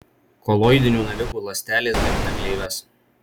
koloidinių navikų ląstelės gamina gleives